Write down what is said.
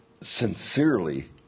sincerely